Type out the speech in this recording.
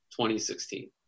2016